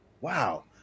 wow